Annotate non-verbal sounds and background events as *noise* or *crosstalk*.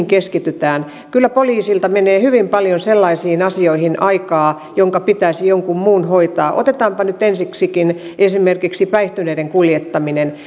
*unintelligible* keskitytään kyllä poliisilta menee hyvin paljon sellaisiin asioihin aikaa jotka pitäisi jonkun muun hoitaa otetaanpa nyt ensiksikin esimerkiksi päihtyneiden kuljettaminen *unintelligible*